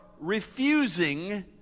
refusing